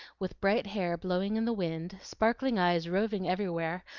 with bright hair blowing in the wind, sparkling eyes roving everywhere,